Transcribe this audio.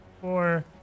four